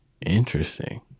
interesting